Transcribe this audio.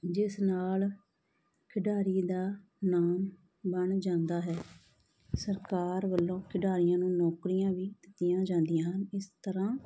ਜਿਸ ਨਾਲ ਖਿਡਾਰੀ ਦਾ ਨਾਮ ਬਣ ਜਾਂਦਾ ਹੈ ਸਰਕਾਰ ਵੱਲੋਂ ਖਿਡਾਰੀਆਂ ਨੂੰ ਨੌਕਰੀਆਂ ਵੀ ਦਿੱਤੀਆਂ ਜਾਂਦੀਆਂ ਹਨ ਇਸ ਤਰ੍ਹਾਂ